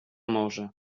morze